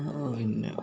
പിന്നെ